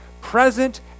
present